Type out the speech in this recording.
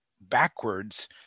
backwards